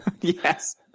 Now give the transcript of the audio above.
Yes